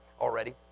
already